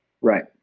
right